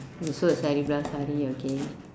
oh so a sari blouse sari okay